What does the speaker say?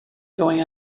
going